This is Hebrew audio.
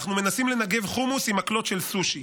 אנחנו מנסים לנגב חומוס עם מקלות של סושי,